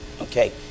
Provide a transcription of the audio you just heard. Okay